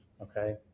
Okay